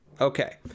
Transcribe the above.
Okay